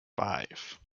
five